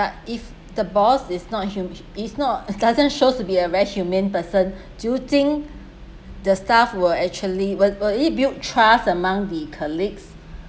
but if the boss is not hu~ it's not doesn't show to be a very humane person do you think the staff will actually will will it build trust among the colleagues